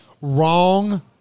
Wrong